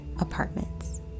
apartments